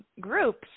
Groups